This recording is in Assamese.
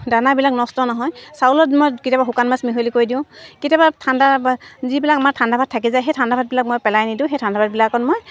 দানাবিলাক নষ্ট নহয় চাউলত মই কেতিয়াবা শুকান মাছ মিহলি কৰি দিওঁ কেতিয়াবা ঠাণ্ডা বা যিবিলাক আমাৰ ঠাণ্ডা ভাত থাকে যায় সেই ঠাণ্ডা ভাতবিলাক মই পেলাই নিদিওঁ সেই ঠাণ্ডা ভাতবিলাকত মই